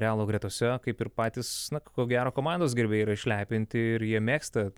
realo gretose kaip ir patys na ko gero komandos gerbėjai yra išlepinti ir jie mėgsta